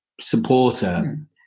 supporter